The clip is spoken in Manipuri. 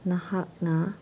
ꯅꯍꯥꯛꯅ